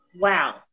Wow